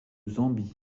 zambie